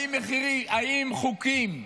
האם חוקים,